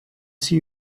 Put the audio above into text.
see